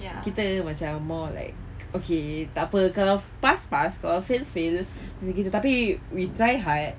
kita macam more like okay tak apa kalau pass pass kalau fail fail gitu tapi we try hard